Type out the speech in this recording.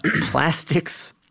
plastics